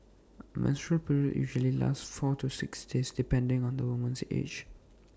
A menstrual period usually lasts four to six days depending on the woman's age